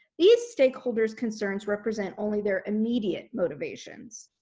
these stakeholders concerns represent only their immediate motivations.